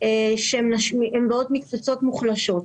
שהן באות מקבוצות מוחלשות.